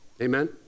Amen